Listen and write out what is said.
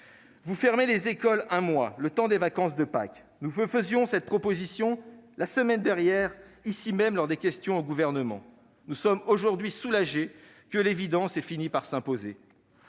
Vous fermez les écoles un mois, le temps des vacances de Pâques. Nous vous faisions cette proposition la semaine dernière, lors des questions au Gouvernement ... Exact ! Nous sommes aujourd'hui soulagés que l'évidence ait fini par s'imposer.